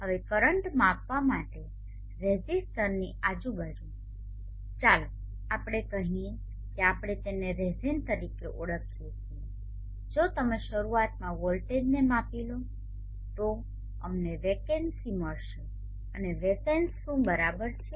હવે કરન્ટ માપવા માટે રેઝિસ્ટરની આજુબાજુ ચાલો આપણે કહીએ કે આપણે તેને રેઝેન તરીકે ઓળખીએ છીએ જો તમે શરૂઆતમાં વોલ્ટેજને માપી લો તો અમને વેકેન્સી મળશે અને Vsense શું બરાબર છે